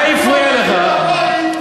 מי הגן על הבית היהודי כדי,